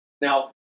Now